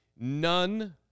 none